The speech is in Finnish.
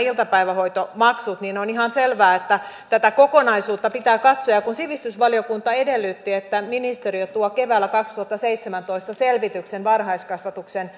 iltapäivähoitomaksut niin on ihan selvää että tätä kokonaisuutta pitää katsoa ja kun sivistysvaliokunta edellytti että ministeriö tuo keväällä kaksituhattaseitsemäntoista selvityksen varhaiskasvatuksen